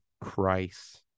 Christ